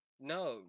no